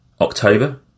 October